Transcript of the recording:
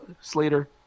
Slater